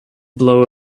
blow